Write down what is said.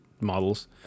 models